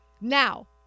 Now